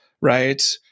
Right